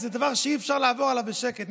זה דבר שאי-אפשר לעבור עליו בשקט.